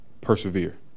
persevere